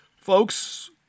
Folks